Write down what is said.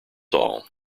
all